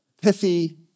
pithy